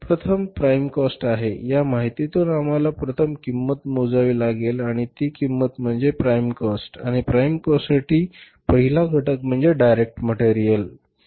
प्रथम prime cost आहे या माहितीतून आम्हाला प्रथम किंमत मोजावी लागेल आणि ती किंमत म्हणजे प्राइम कॉस्ट आणि प्राइम कॉस्टसाठी त्यांचा पहिला घटक म्हणजे डायरेक्ट मटेरियल आहे